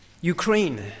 Ukraine